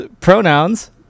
pronouns